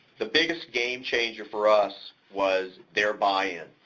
the biggest game changer for us was their buy-in.